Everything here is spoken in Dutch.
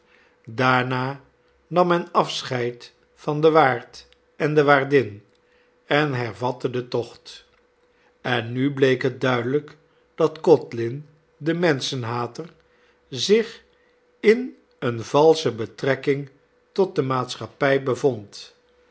daarna nam men afscheid van den waard en de waardin en hervatte den tocht en nu bleek het duidelijk dat codlin de menschenhater zich in eene valsche betrekking tot de maatschappij bevond